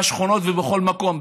בשכונות ובכל מקום.